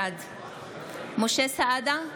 בעד משה סעדה,